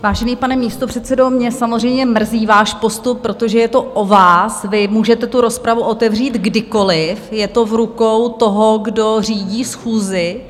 Vážený pane místopředsedo, mě samozřejmě mrzí váš postup, protože je to o vás, vy můžete tu rozpravu otevřít kdykoliv, je to v rukou toho, kdo řídí schůzi.